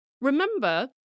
Remember